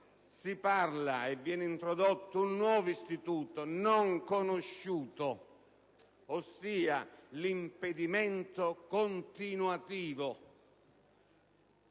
esiste più: viene introdotto un nuovo istituto, non conosciuto, ossia l'impedimento continuativo.